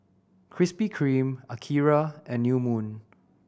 Krispy Kreme Akira and New Moon